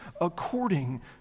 according